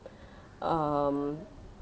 um